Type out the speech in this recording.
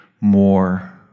more